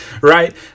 right